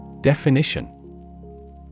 Definition